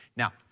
Now